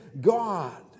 God